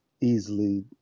easily